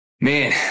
Man